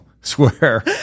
Swear